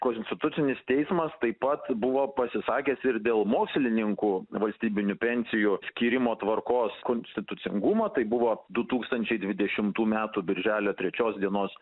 konstitucinis teismas taip pat buvo pasisakęs ir dėl mokslininkų valstybinių pensijų skyrimo tvarkos konstitucingumo tai buvo du tūkstančiai dvidešimtų metų birželio trečios dienos